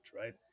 right